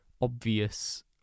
obvious